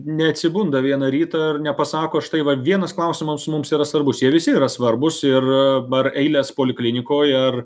neatsibunda vieną rytą ir nepasako štai va vienas klausimas mums yra svarbūs jie visi yra svarbūs ir bar eilės poliklinikoj ar